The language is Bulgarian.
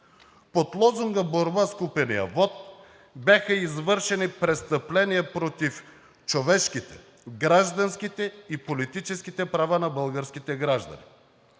Под лозунга „Борба с купения вот“ бяха извършени престъпления против човешките, гражданските и политическите права на българските граждани